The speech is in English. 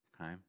okay